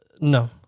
No